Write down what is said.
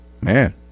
Man